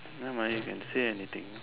nevermind you can say anything